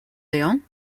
leon